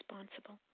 responsible